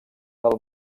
del